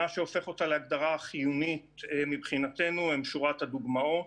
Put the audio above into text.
מה שהופך אותה להגדרה חיונית מבחינתנו זה שורת הדוגמאות.